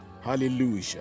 Hallelujah